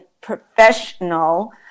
professional